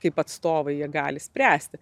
kaip atstovai jie gali spręsti